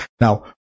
Now